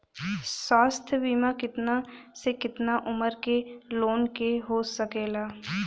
स्वास्थ्य बीमा कितना से कितना उमर के लोगन के हो सकेला?